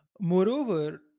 Moreover